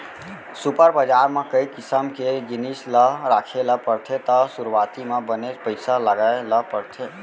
super बजार म कई किसम के जिनिस ल राखे ल परथे त सुरूवाती म बनेच पइसा लगाय ल परथे